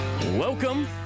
Welcome